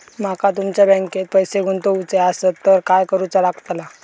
माका तुमच्या बँकेत पैसे गुंतवूचे आसत तर काय कारुचा लगतला?